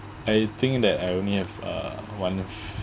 I think that I only have uh one